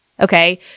Okay